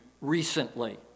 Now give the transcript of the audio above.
recently